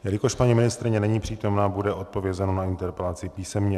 Jelikož paní ministryně není přítomna, bude odpovězeno na interpelaci písemně.